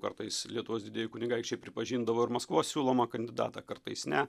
kartais lietuvos didieji kunigaikščiai pripažindavo ir maskvos siūlomą kandidatą kartais ne